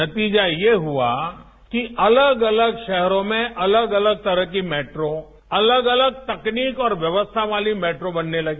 नतीजा ये हुआ कि अलग अलग शहरों में अलग अलग तरह की मेट्रो अलग अलग तकनीक और व्यवस्था वाली मेट्रो बनने लगी